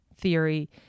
theory